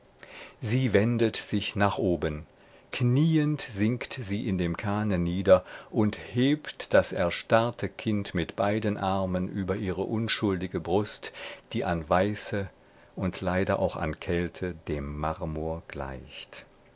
sie wendet sich nach oben knieend sinkt sie in dem kahne nieder und hebt das erstarrte kind mit beiden armen über ihre unschuldige brust die an weiße und leider auch an kälte dem marmor gleicht